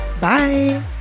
Bye